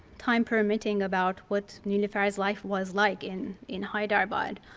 time permitting, about what niloufer's life was like in in hyderabad.